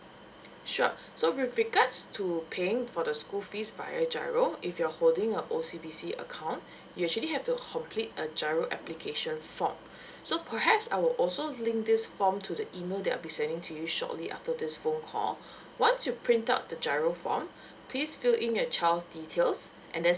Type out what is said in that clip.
sure so with regards to paying for the school fees via giro if you're holding a O_C_B_C account you actually have to complete a giro application form so perhaps I will also link this form to the email that I'll be sending to you shortly after this phone call once you print out the giro form please fill in your child's details and then